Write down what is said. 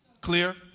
Clear